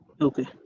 okay